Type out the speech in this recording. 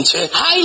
High